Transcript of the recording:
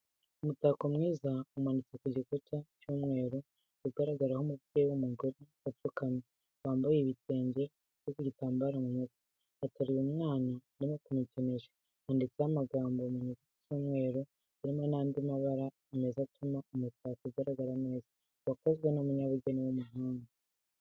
Umutako mwiza umanitse ku gikuta cy'umweru ugaragaraho umubyeyi w'umugore upfukamye, wambaye ibitenge ateze igitambaro mu mutwe ateruye umwana arimo kumukinisha, handitseho amagambo mu nyuguti z'umweru hariho n'andi mabara meza atuma umutako ugaragara neza wakozwe n'umunyabugeni w'umuhanga.